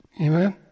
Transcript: Amen